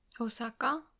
Osaka